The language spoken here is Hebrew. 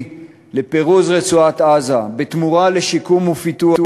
לפירוז רצועת-עזה בתמורה לשיקום ופיתוח,